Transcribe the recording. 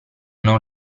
non